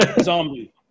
zombie